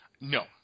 No